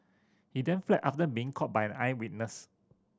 he then fled after being caught by an eyewitness